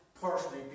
partially